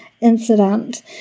incident